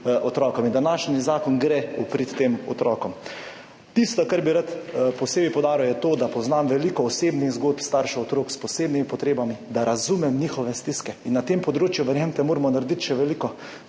otrokom. Današnji zakon gre v prid tem otrokom. Tisto, kar bi rad posebej poudaril, je to, da poznam veliko osebnih zgodb staršev otrok s posebnimi potrebami, da razumem njihove stiske in na tem področju, verjemite, moramo narediti še veliko